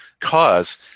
cause